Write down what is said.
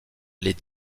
les